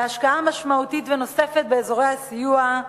להשקעה משמעותית ונוספת באזורי הסיוע,